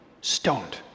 stoned